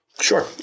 Sure